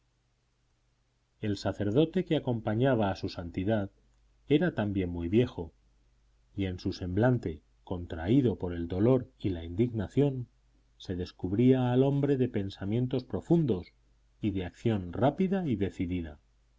el sacerdote que acompañaba a su santidad era también muy viejo y en su semblante contraído por el dolor y la indignación se descubría al hombre de pensamientos profundos y de acción rápida y decidida